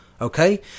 Okay